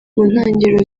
ntangiriro